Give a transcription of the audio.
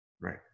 Right